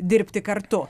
dirbti kartu